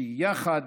שיחד